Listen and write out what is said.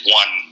one